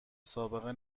سابقه